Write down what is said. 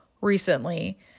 recently